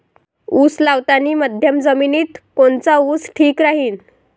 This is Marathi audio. उस लावतानी मध्यम जमिनीत कोनचा ऊस ठीक राहीन?